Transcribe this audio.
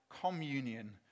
communion